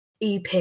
EP